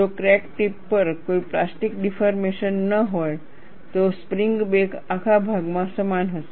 જો crack tip પર કોઈ પ્લાસ્ટિક ડિફોર્મેશન ન હોય તો સ્પ્રિંગ બેક આખા ભાગમાં સમાન હશે